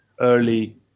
early